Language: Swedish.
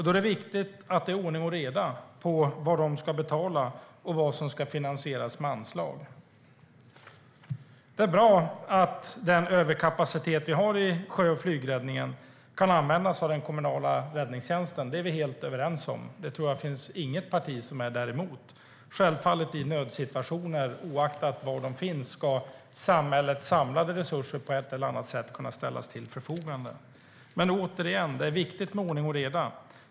Då är det viktigt att det är ordning och reda i fråga om vad den ska betala och vad som ska finansieras med anslag. Det är bra att den överkapacitet vi har i sjö och flygräddningen kan användas av den kommunala räddningstjänsten. Det är vi helt överens om. Det tror jag inte att det finns något parti som är emot. I nödsituationer, oavsett var de uppstår, ska samhällets samlade resurser självfallet kunna ställas till förfogande på ett eller annat sätt. Återigen: Det är viktigt med ordning och reda.